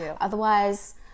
otherwise